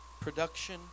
Production